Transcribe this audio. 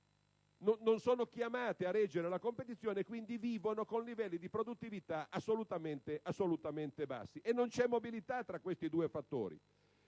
non sono chiamate a reggere la competizione e quindi vivono con livelli di produttività assolutamente bassi, e non c'è mobilità tra questi due fattori.